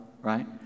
Right